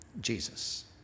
Jesus